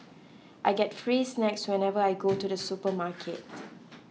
I get free snacks whenever I go to the supermarket